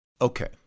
Okay